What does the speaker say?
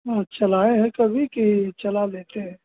अच्छा लाएं हैं कभी कि चला लेते हैं